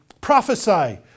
prophesy